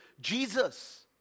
Jesus